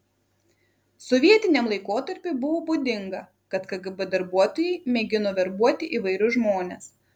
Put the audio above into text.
sovietiniam laikotarpiui buvo būdinga kad kgb darbuotojai mėgino verbuoti įvairius žmones